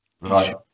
Right